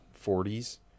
forties